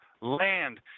land